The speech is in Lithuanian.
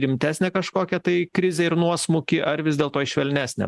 rimtesnę kažkokią tai krizę ir nuosmukį ar vis dėlto į švelnesnę